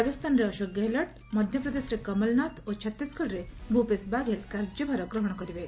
ରାଜସ୍ଥାନରେ ଅଶୋକ ଗେହଲଟ ମଧ୍ୟପ୍ରଦେଶରେ କମଲନାଥ ଓ ଛତିଶଗଡ଼ରେ ଭୁପେଶ ବାଘେଲ କାର୍ଯ୍ୟଭାର ଗହଣ କରିବେ